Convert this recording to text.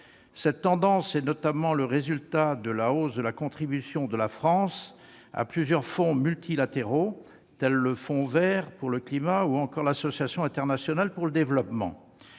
Cette tendance résulte notamment de la hausse de la contribution de la France à plusieurs fonds multilatéraux, tels le Fonds vert pour le climat et l'Association internationale de développement.